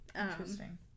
Interesting